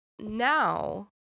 Now